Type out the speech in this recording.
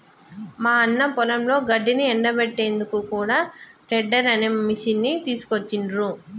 మా అన్న పొలంలో గడ్డిని ఎండపెట్టేందుకు కూడా టెడ్డర్ అనే మిషిని తీసుకొచ్చిండ్రు